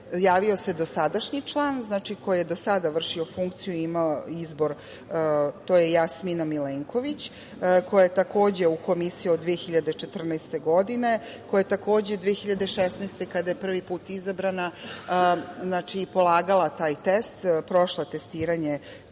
Javio se dosadašnji član koji je do sada vršio funkciju i imao izbor. To je Jasmina Milenković koja je takođe u Komisiji od 2014. godine, koja je takođe 2016. godine kada je prvi put izabrana, polagala taj test, prošla testiranje